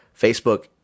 Facebook